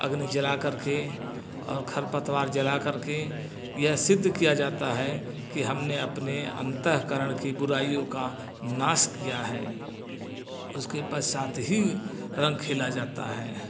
अग्नि जला करके और खर पतवार जला करके यह सिद्ध किया जाता है कि हमने अपने अंतःकरण की बुराइयों का नाश किया है उसके पश्चात ही रंग खेला जाता है